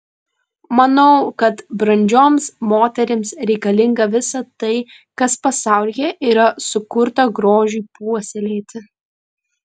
manau kad brandžioms moterims reikalinga visa tai kas pasaulyje yra sukurta grožiui puoselėti